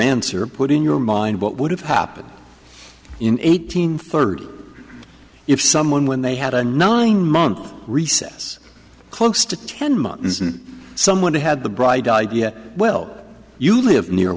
answer put in your mind what would have happened in eight hundred thirty if someone when they had a nine month recess close to ten months and someone had the bright idea well you live near